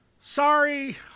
sorry